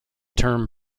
term